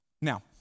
Now